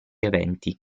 eventi